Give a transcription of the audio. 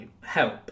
Help